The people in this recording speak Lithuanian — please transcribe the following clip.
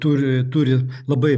turi turi labai